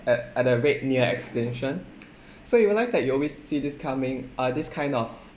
at at the rate near extinction so you realise that you always see this coming uh this kind of